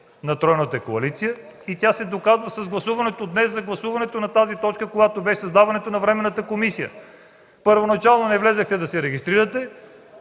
на тройната коалиция. Тя се доказва с гласуването днес – при гласуването на точката за създаването на временната комисия. Първоначално не влязохте да се регистрирате,